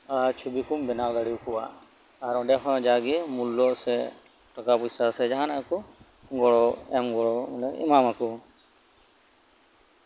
ᱪᱷᱚᱵᱤ ᱠᱚᱢ ᱵᱮᱱᱟᱣ ᱫᱟᱲᱮᱭᱟ ᱠᱚᱣᱟ ᱟᱨ ᱚᱱᱰᱮᱦᱚᱸ ᱡᱟᱜᱮ ᱢᱩᱞᱞᱚ ᱥᱮ ᱴᱟᱠᱟ ᱯᱚᱭᱥᱟ ᱥᱮ ᱡᱟᱦᱟᱱᱟᱜ ᱜᱮᱠᱚ ᱜᱚᱲᱚ ᱮᱢ ᱫᱟᱲᱮ ᱮᱢᱟᱢᱟ ᱠᱚ